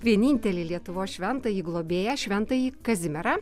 vienintelį lietuvos šventąjį globėją šventąjį kazimierą